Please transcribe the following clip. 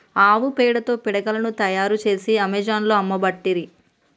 ఆవు పేడతో పిడికలను తాయారు చేసి అమెజాన్లో అమ్మబట్టిరి